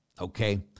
okay